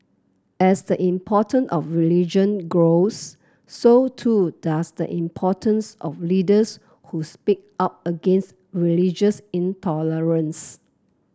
as the important of religion grows so too does the importance of leaders who speak out against religious intolerance